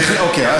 אוקיי,